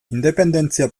independentzia